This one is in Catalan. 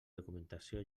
documentació